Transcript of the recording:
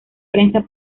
prensa